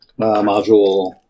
Module